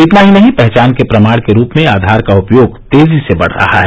इतना ही नहीं पहचान के प्रमाण के रूप में आधार का उपयोग तेजी से बढ़ रहा है